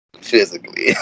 Physically